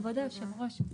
כבוד היושב ראש,